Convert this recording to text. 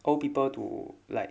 old people to like